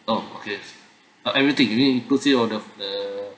oh okay ah everything you mean inclusive of the the